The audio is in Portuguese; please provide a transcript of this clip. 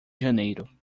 janeiro